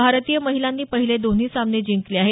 भारतीय महिलांनी पहिले दोन्ही सामने जिंकले आहेत